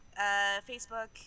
Facebook